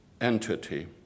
entity